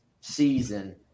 season